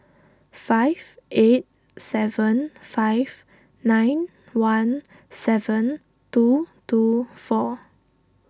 five eight seven five nine one seven two two four